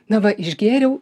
na va išgėriau